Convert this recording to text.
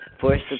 Force